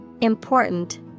Important